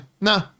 Nah